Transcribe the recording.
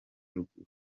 ruguru